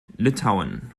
litauen